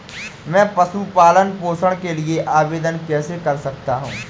मैं पशु पालन पोषण के लिए आवेदन कैसे कर सकता हूँ?